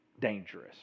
dangerous